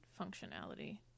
functionality